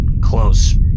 close